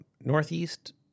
Northeast